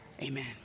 amen